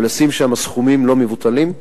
ולשים שם סכומים לא מבוטלים,